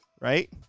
Right